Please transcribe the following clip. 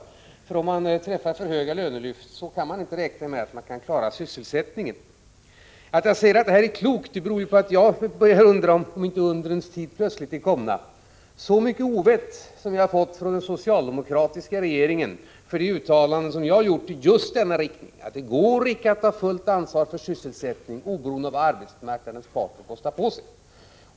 Om de träffar avtal om för höga lönelyft, kan man inte räkna med att klara sysselsättningen. Att jag säger att detta är klokt beror på att jag börjar undra om inte undrens tid plötsligt är kommen, med tanke på hur mycket ovett som jag har fått från den socialdemokratiska regeringen för de uttalanden som jag har gjort i just denna riktning. Jag har ju sagt att det inte går att ta fullt ansvar för sysselsättningen oberoende av vad arbetsmarknadens parter kostar på sig.